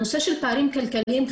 הנושא של פערים כלכליים,